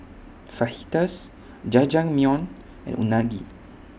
Fajitas Jajangmyeon and Unagi